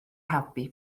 helpu